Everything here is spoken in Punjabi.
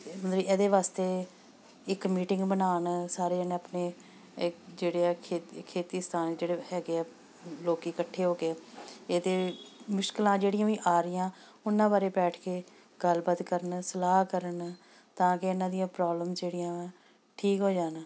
ਵ ਇਹਦੇ ਵਾਸਤੇ ਇੱਕ ਮੀਟਿੰਗ ਬਣਾਉਣ ਸਾਰੇ ਜਾਣੇ ਆਪਣੇ ਜਿਹੜੇ ਆ ਖੇ ਖੇਤੀ ਸਥਾਨ ਜਿਹੜੇ ਹੈਗੇ ਆ ਲੋਕ ਇਕੱਠੇ ਹੋ ਕੇ ਇਹਦੇ ਮੁਸ਼ਕਲਾਂ ਜਿਹੜੀਆਂ ਵੀ ਆ ਰਹੀਆਂ ਉਹਨਾਂ ਬਾਰੇ ਬੈਠ ਕੇ ਗੱਲਬਾਤ ਕਰਨ ਸਲਾਹ ਕਰਨ ਤਾਂ ਕਿ ਇਹਨਾਂ ਦੀਆਂ ਪ੍ਰੋਬਲਮਸ ਜਿਹੜੀਆਂ ਠੀਕ ਹੋ ਜਾਣ